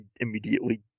immediately